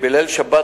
בליל שבת